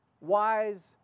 wise